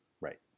right